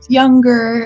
younger